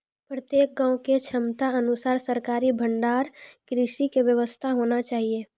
प्रत्येक गाँव के क्षमता अनुसार सरकारी भंडार गृह के व्यवस्था होना चाहिए?